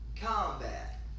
combat